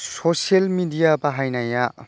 social media बाहायनाया